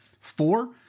Four